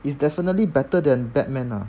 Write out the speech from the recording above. it's definitely better than batman ah